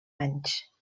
anys